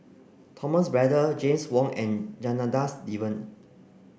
Thomas Braddell James Wong and Janadas Devan